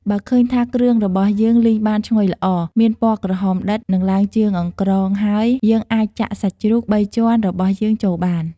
បើឃើញថា គ្រឿងរបស់យើងលីងបានឈ្ងុយល្អ មានពណ៌ក្រហមដិត និងឡើងជើងអង្ក្រងហើយ យើងអាចចាក់សាច់ជ្រូកបីជាន់របស់យើងចូលបាន។